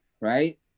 right